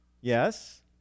Yes